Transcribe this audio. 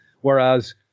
Whereas